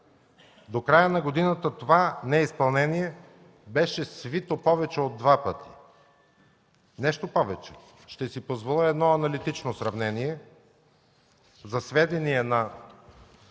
до края на годината това неизпълнение беше свито повече от два пъти. Нещо повече, ще си позволя едно аналитично сравнение за сведение на